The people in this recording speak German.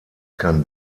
kann